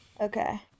okay